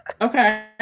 Okay